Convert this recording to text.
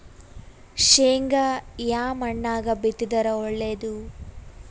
ಶೇಂಗಾ ಯಾ ಮಣ್ಣಾಗ ಬಿತ್ತಿದರ ಒಳ್ಳೇದು?